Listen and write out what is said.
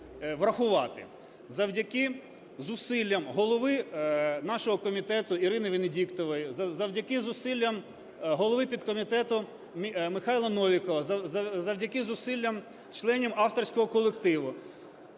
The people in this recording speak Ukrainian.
Завдяки зусиллям голови нашого комітету Ірини Венедіктової, завдяки зусиллям голови підкомітету Михайла Новікова, завдяки зусиллям членів авторського колективу